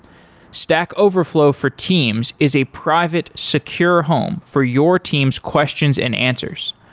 stack overflow for teams is a private secure home for your teams' questions and answers.